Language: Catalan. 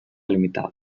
limitada